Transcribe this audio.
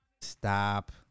Stop